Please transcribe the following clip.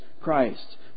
Christ